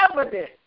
evidence